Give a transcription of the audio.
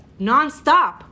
nonstop